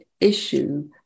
issue